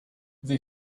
they